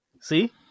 See